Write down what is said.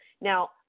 Now